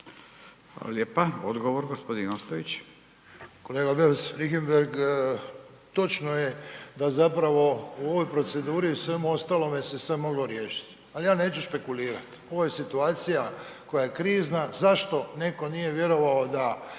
lijepa. Odgovor, gospodin Ostojić.